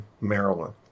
Maryland